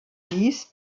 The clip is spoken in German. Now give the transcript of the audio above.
dies